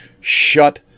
Shut